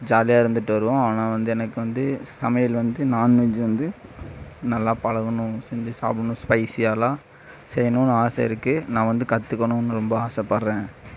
ஜாலியாக இருந்துட்டு வருவோம் ஆனால் வந்து எனக்கு வந்து சமையல் வந்து நாண்வெஜ் வந்து நல்லா பழகணும் செஞ்சு சாப்பிட்ணும் ஸ்பைசியாலாம் செய்ணுன்னு ஆசை இருக்குது நான் வந்து கற்றுகணுன்னு ரொம்ப ஆசைப்படுறேன்